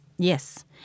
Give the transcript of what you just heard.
Yes